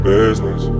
business